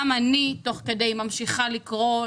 גם אני תוך כדי ממשיכה לקרוא,